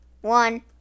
one